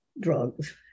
drugs